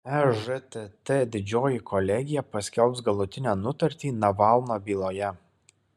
ežtt didžioji kolegija paskelbs galutinę nutartį navalno byloje